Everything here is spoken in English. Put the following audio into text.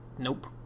Nope